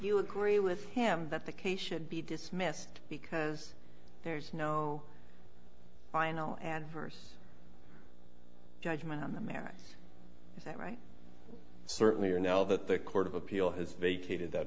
you agree with him that the case should be dismissed because there's no final adverse judgment on the merits is that right certainly or now that the court of appeal has vacated that